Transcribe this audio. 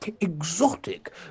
exotic